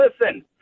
Listen